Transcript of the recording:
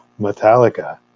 Metallica